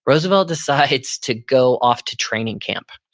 roosevelt decides to go off to training camp.